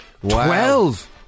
Twelve